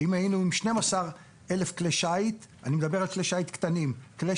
אם היינו עם 12,000 כלי שיט קטנים "כלי